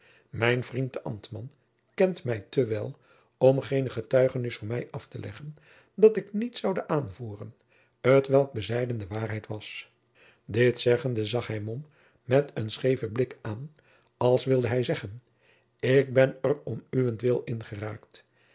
mijn vriend de ambtman kent mij te wel om geene getuigenis voor mij af te leggen dat ik niets zoude aanvoeren t welk bezijden de waarheid was dit zeggende zag hij mom met een scheeven blik aan als wilde hij zeggen ik ben er om uwentwil ingeraakt